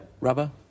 Rubber